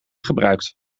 gebruikt